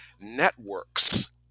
networks